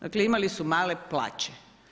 Dakle imali su male plaće.